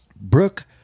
Brooke